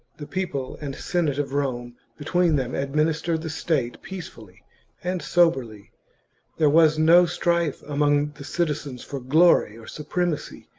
the people and senate of rome between them admin istered the state peacefully and soberly there was no strife among the citizens for glory or supremacy,